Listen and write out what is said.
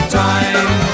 time